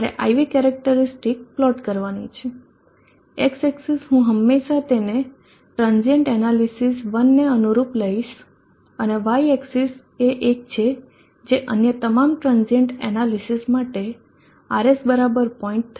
મારે IV characteristics plot કરવાની છે X એક્સીસ હું હંમેશા તેને ટ્રાન્ઝીયન્ટ એનાલિસિસ 1 ને અનુરૂપ લઈશ અને y એક્સીસ એ એક છે જે અન્ય તમામ ટ્રાન્ઝીયન્ટ એનાલિસિસ માટે RS બરાબર 0